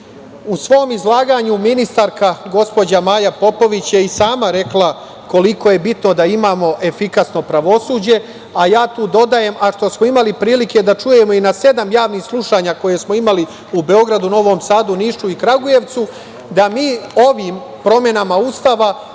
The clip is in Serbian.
svom izlaganju ministarka, gospođa Maja Popović je i sama rekla koliko je bitno da imamo efikasno pravosuđe, a ja tu dodajem, a što smo imali prilike da čujemo i na sedam javnih slušanja koje smo imali u Beogradu, Novom Sadu, Nišu i Kragujevcu, da mi ovim promenama Ustava